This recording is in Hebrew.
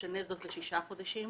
נשנה זאת לשישה חודשים